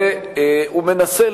והוא מנסה,